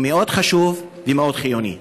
הוא מאוד חשוב ומאוד חיוני.